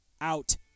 out